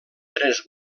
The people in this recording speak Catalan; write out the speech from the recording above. tres